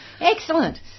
excellent